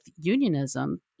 unionism